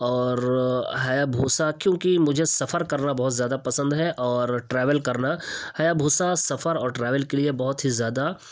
اور ہیابھوسا کیونکہ مجھے سفر کرنا بہت زیادہ پسند ہے اور ٹریول کرنا ہیابھوسا سفر اور ٹریول کے لیے بہت ہی زیادہ